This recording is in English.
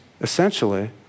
essentially